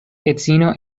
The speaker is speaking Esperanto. edzino